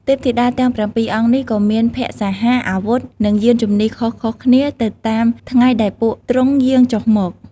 ទេពធីតាទាំង៧អង្គនេះ ក៏មានភក្សាហារ អាវុធ និងយានជំនិះខុសៗគ្នាទៅតាមថ្ងៃដែលពួកទ្រង់យាងចុះមក។